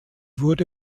wurde